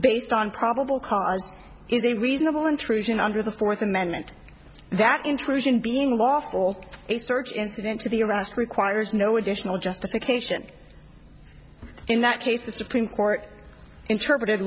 based on probable cause is a reasonable intrusion under the fourth amendment that intrusion being lawful a search incident to the arrest requires no additional justification in that case the supreme court interpreted